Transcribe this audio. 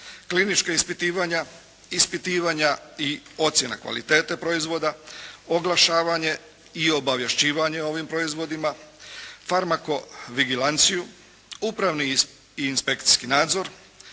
klinička ispitivanja, ispitivanja i ocjena kvalitete proizvoda, oglašavanje i obavješćivanje o ovim proizvodima, farmakovigilanciju, upravni i inspekcijski nadzor,